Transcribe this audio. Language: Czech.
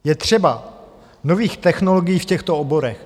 Je třeba nových technologií v těchto oborech.